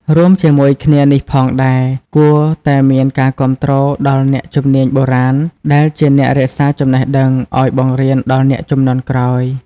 រួមជាមួយគ្នានេះផងដែរ គួរតែមានការគាំទ្រដល់អ្នកជំនាញបុរាណដែលជាអ្នករក្សាចំណេះដឹងឲ្យបង្រៀនដល់អ្នកជំនាន់ក្រោយ។